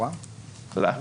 תודה.